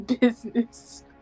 Business